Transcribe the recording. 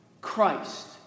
Christ